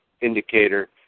indicator